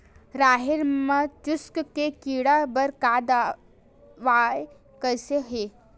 राहेर म चुस्क के कीड़ा बर का दवाई कइसे ही?